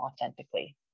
authentically